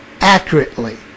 accurately